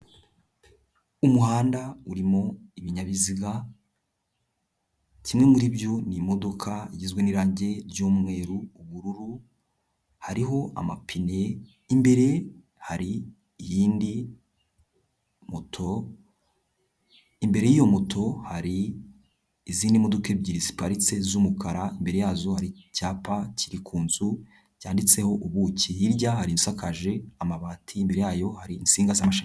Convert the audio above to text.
Umuhanda urimo ibinyabiziga, kimwe muri byo ni imodoka igizwe n'irange ry'umweru, ubururu, hariho amapine, imbere hari iyindi moto, imbere y'iyo moto hari izindi modoka ebyiri ziparitse z'umukara, imbere yazo hari icyapa kiri ku nzu cyanditseho ubuki, hirya hari inzu isakaje amabati, imbere yayo hari insinga z'amashanyarazi.